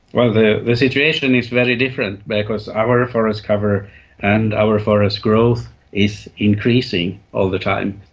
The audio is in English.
well, the the situation is very different because our forest cover and our forest growth is increasing all the time.